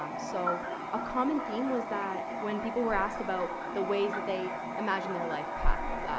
um so a common theme was that when people were asked about the ways that they imagined their life path, ah,